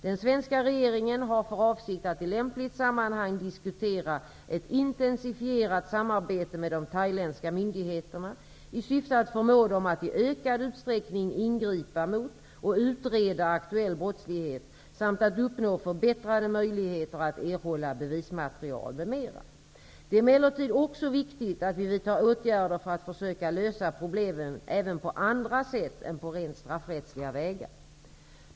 Den svenska regeringen har för avsikt att i lämpligt sammanhang diskutera ett intensifierat samarbete med de thailändska myndigheterna i syfte att förmå dem att i ökad utsträckning ingripa mot och utreda aktuell brottslighet samt att uppnå förbättrade möjligheter att erhålla bevismaterial m.m. Det är emellertid också viktigt att vi vidtar åtgärder för att försöka lösa problemen även på andra sätt än på rent straffrättsliga vägar.